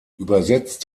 übersetzt